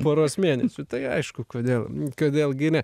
poros mėnesių tai aišku kodėl kodėl gi ne